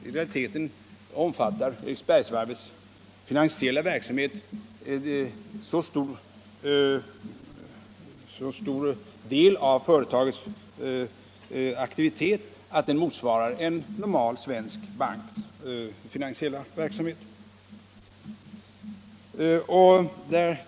I realiteten omfattar Eriksbergsvarvets finansiella verksamhet så stor del av företagets aktivitet att den motsvarar en normal svensk banks hela verksamhet.